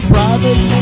Private